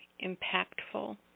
impactful